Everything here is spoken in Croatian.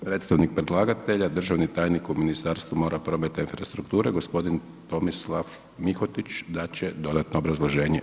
Predstavnik predlagatelja, državni tajnik u Ministarstvu mora, prometa i infrastrukture g. Tomislav Mihotić, dat će dodatno obrazloženje.